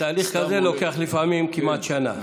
ותהליך כזה לוקח לפעמים כמעט שנה.